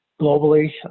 globally